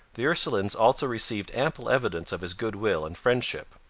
the ursulines also received ample evidence of his goodwill and friendship.